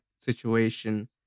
situation